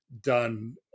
done